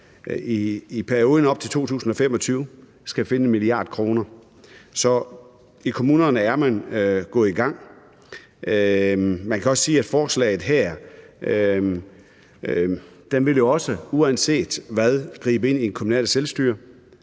i perioden op til 2025 finde 1 mia. kr. Så i kommunerne er man gået i gang. Man kan også sige, at forslaget her jo også uanset hvad ville gribe ind i det kommunale selvstyre.